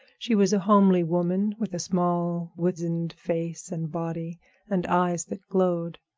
she was a homely woman, with a small weazened face and body and eyes that glowed.